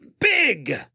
Big